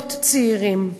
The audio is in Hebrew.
למאות צעירים.